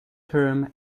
term